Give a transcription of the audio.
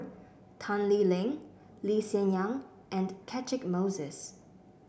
Tan Lee Leng Lee Hsien Yang and Catchick Moses